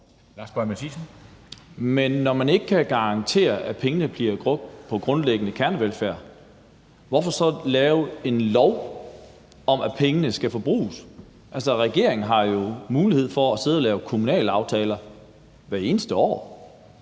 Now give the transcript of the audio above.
Men når man ikke kan garantere, at pengene bliver brugt på grundlæggende kernevelfærd, hvorfor så lave en lov om, at pengene skal forbruges? Altså, regeringen har jo mulighed for at sidde og lave kommuneaftaler hvert eneste år.